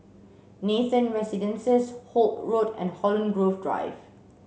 Nathan Residences Holt Road and Holland Grove Drive